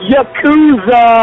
Yakuza